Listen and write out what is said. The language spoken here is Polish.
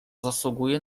zasługuje